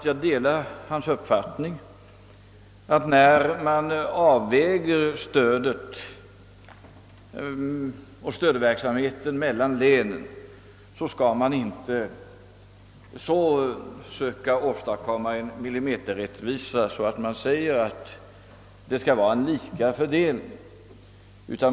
Jag delar hans uppfattning att när man avväger stödverksamheten mellan länen skall man inte söka åstadkomma en millimeterrättvisa och utgå ifrån att det skall vara en lika fördelning.